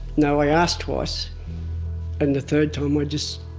no i asked twice. and the third time i just,